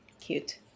Cute